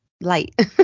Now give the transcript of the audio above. light